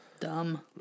Dumb